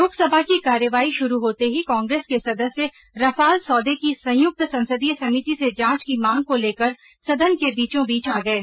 लोकसभा की कार्यवाही शुरू होते ही कांग्रेस के सदस्य रफाल सौदे की संयुक्त संसदीय समिति से जांच की मांग को लेकर सदन के बीचों बीच आ गये